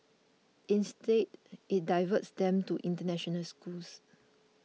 instead it diverts them to international schools